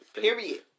Period